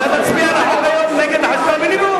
אתה תצביע היום נגד שכר מינימום?